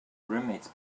roommate’s